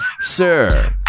Sir